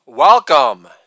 Welcome